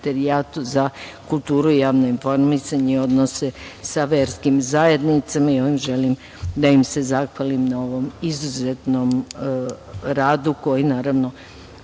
za kulturu i javno informisanje i odnose sa verskim zajednicama. Ovim želim da im se zahvalim na ovom izuzetnom radu koji i nakon